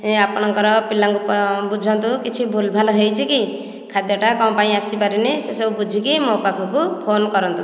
ଏ ଆପଣଙ୍କର ପିଲାଙ୍କୁ ବୁଝନ୍ତୁ କିଛି ଭୁଲ୍ ଭାଲ ହୋଇଛି କି ଖାଦ୍ୟଟା କ'ଣ ପାଇଁ ଆସି ପାରିନି ସେ ସବୁ ବୁଝିକି ମୋ ପାଖକୁ ଫୋନ କରନ୍ତୁ